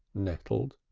nettled.